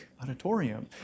Auditorium